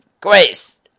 grace